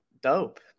dope